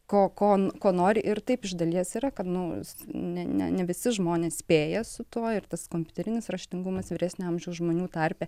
ko ko ko nori ir taip iš dalies yra kad nu ne ne visi žmonės spėja su tuo ir tas kompiuterinis raštingumas vyresnio amžiaus žmonių tarpe